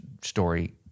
story